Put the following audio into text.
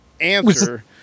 answer